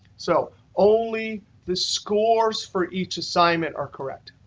so only the scores for each assignment are correct.